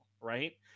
right